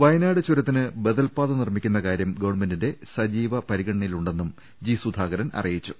വയ നാട് ചുരത്തിന് ബദൽപാത നിർമിക്കുന്ന കാര്യം ഗവൺമെന്റിന്റെ സജീവ പരിഗണനയിലുണ്ടെന്ന് ജി സുധാകരൻ അറിയിച്ചു